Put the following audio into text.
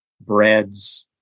breads